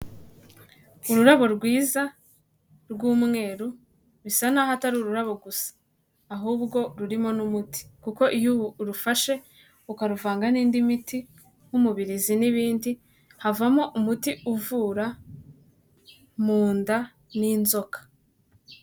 Ururabo rwiza rw'umweru bisa naho atari ururabo gusa ahubwo rurimo n'umuti, kuko iyo urufashe ukaruvanga n'indi miti nk'umubirizi n'ibindi havamo umuti uvura mu nda n'inzoka.